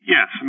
Yes